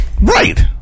Right